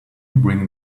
bring